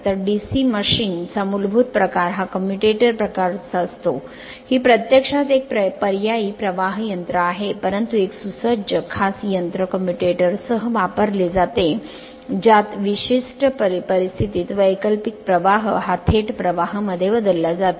तर DC machine चा मूलभूत प्रकार हा कम्युटेटर प्रकारचा असतो ही प्रत्यक्षात एक पर्यायी प्रवाह यंत्र आहे परंतु एक सुसज्ज खास यंत्र कम्युटेटर सह वापरले जाते ज्यास विशिष्ट परिस्थितीत वैकल्पिक प्रवाह हा थेट प्रवाह मध्ये बदलला जातो